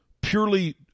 purely